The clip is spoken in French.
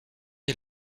est